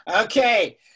Okay